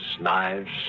knives